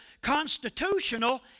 constitutional